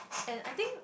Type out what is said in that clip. and I think